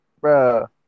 Bro